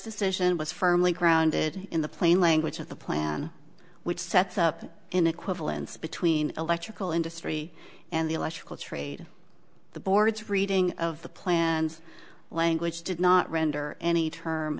decision was firmly grounded in the plain language of the plan which sets up an equivalence between electrical industry and the electrical trade the boards reading of the plans language did not render any term